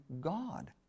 God